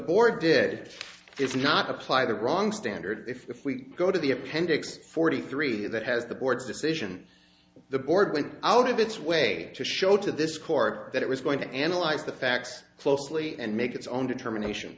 board did if not apply the wrong standard if we go to the appendix forty three that has the board's decision the board went out of its way to show to this court that it was going to analyze the facts closely and make its own determination